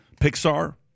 Pixar